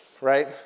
right